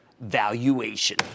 valuation